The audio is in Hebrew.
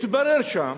התברר שם